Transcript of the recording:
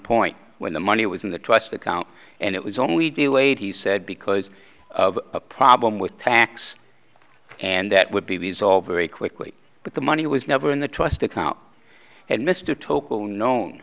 point when the money was in the trust account and it was only delayed he said because of a problem with tax and that would be resolved very quickly but the money was never in the trust account and mr toko known